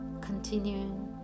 continuing